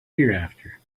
hereafter